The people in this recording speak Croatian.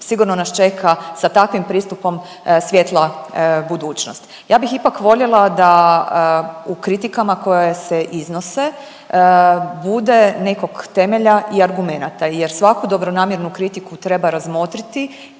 sigurno nas čeka da takvim pristupom svijetla budućnost. Ja bih ipak voljela da u kritikama koje se iznose bude nekog temelja i argumenata, jer svaku dobronamjernu kritiku treba razmotriti